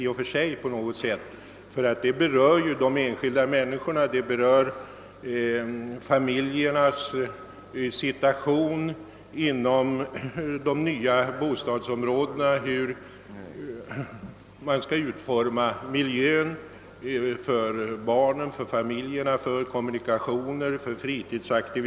Hur man utformar miljön, vilka kommunikationer som upprättas och vilka möjligheter till fritidsaktiviteter som planeras i de nya bostadsområdena berör ju i hög grad de enskilda mänaiskorna, barnen och familjerna.